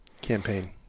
campaign